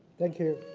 thank you.